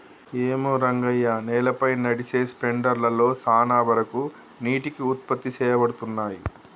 ఏమో రంగయ్య నేలపై నదిసె స్పెండర్ లలో సాన వరకు నీటికి ఉత్పత్తి సేయబడతున్నయి